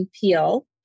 peel